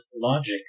logic